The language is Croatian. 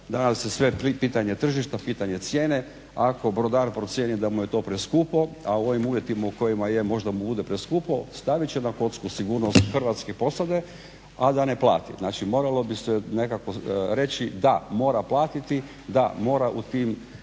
danas je sve pitanje tržišta, pitanje cijene. Ako brodar procijeni da mu je to preskupo, a u ovim uvjetima u kojima je možda mu bude preskupo stavit će na kocku sigurnost hrvatske posade a da ne plati. Znači moralo bi se nekako reći da, mora platiti, da, mora u tim